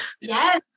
Yes